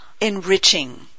enriching